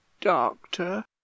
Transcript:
doctor